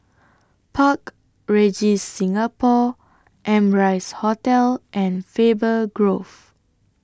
Park Regis Singapore Amrise Hotel and Faber Grove